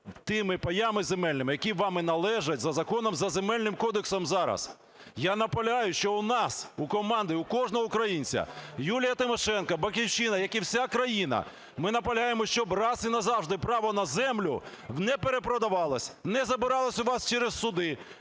тими паями земельними, які вам і належать за законом, за Земельним кодексом зараз? Я наполягаю, що у нас, у команди, у кожного українця, Юлія Тимошенко, "Батьківщина", як і вся країна, ми наполягаємо, щоб раз і назавжди право на землю не перепродавалось, не забиралося у вас через суди,